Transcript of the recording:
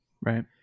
Right